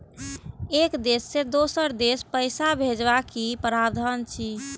एक देश से दोसर देश पैसा भैजबाक कि प्रावधान अछि??